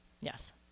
Yes